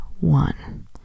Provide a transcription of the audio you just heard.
one